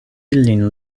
lin